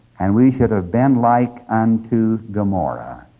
and we should have been like unto gomorrah.